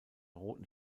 roten